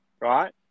right